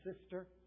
sister